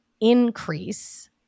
increase